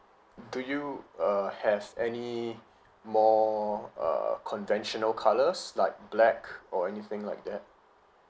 do you uh have anymore err conventional colours like black or anything like that